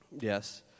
Yes